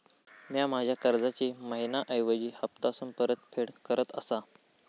म्या माझ्या कर्जाची मैहिना ऐवजी हप्तासून परतफेड करत आसा